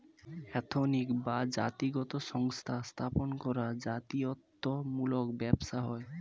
ethnic বা জাতিগত সংস্থা স্থাপন করা জাতিত্ব মূলক ব্যবসা হয়